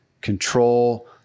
control